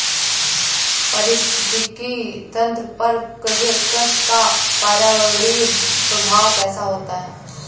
पारिस्थितिकी तंत्र पर कृषि का पर्यावरणीय प्रभाव कैसा होता है?